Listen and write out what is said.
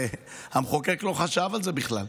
המחוקק לא חשב על זה בכלל.